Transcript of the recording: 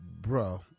bro